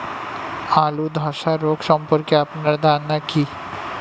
আলু ধ্বসা রোগ সম্পর্কে আপনার ধারনা কী?